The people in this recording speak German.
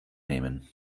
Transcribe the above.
nehmen